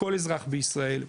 כל אזרח בישראל,